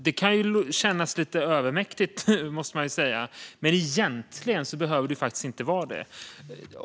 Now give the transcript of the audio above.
Det kan kännas lite övermäktigt, men egentligen behöver det inte vara det.